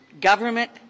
government